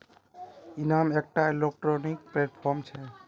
इनाम एकटा electronic platform छेक